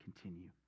continue